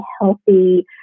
healthy